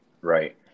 Right